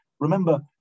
Remember